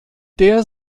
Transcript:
der